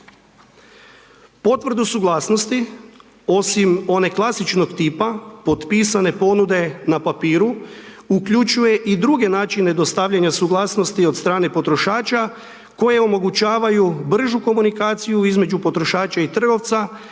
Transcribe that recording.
Potvrdu suglasnosti osim one klasičnog tipa, potpisane ponude na papiru, uključuje i druge načine dostavljanja suglasnosti od strane potrošača koje omogućavaju bržu komunikaciju između potrošača i trgovca